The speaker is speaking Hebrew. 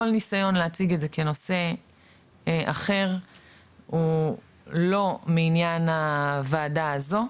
כל ניסיון להציג את זה כנושא אחר הוא לא מעניין הוועדה הזו.